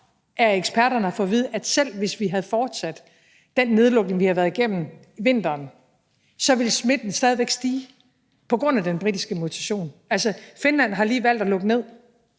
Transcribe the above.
af eksperterne har fået at vide, at selv hvis vi havde fortsat den nedlukning, vi har været igennem vinteren over, så ville smitten stadig stige på grund af den britiske mutation. Altså, Finland har lige valgt at lukke ned